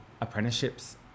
apprenticeships